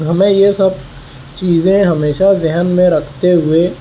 ہمیں یہ سب چیزیں ہمیشہ ذہن میں رکھتے ہوئے